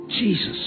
Jesus